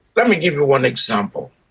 let me give you one example.